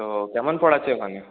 তো কেমন পড়াচ্ছে ওখানে